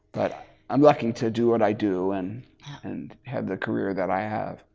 but i'm lucky to do what i do and and have the career that i have.